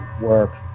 work